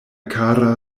kara